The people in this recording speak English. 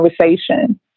conversation